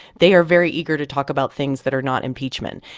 they are very eager to talk about things that are not impeachment.